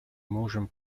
можем